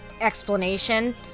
explanation